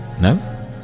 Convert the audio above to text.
no